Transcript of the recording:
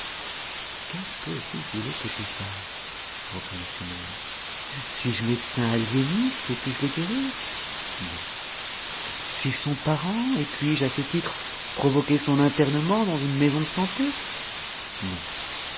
qu'est-ce que vous voulez que j'y fasse reprit m nègre suis-je médecin aliéniste et puis-je le guérir non suis-je son parent et puis-je à ce titre provoquer son internement dans une maison de santé non